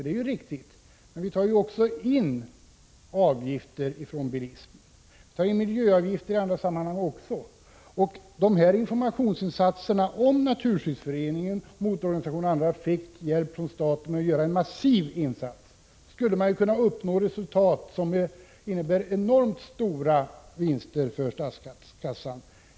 Det är riktigt, men vi tar ju också in avgifter från bilismen, och vi tar in miljöavgifter även i andra sammanhang. Om Naturskyddsföreningen, motororganisationerna och andra fick hjälp från staten för att göra en massiv informationsinsats, skulle vi kunna uppnå ett resultat som innebär enormt stora vinster för statskassan.